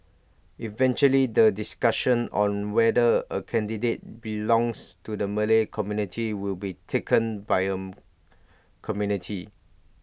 eventually the discussion on whether A candidate belongs to the Malay community will be taken by A committee